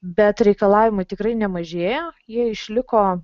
bet reikalavimai tikrai nemažėja jie išliko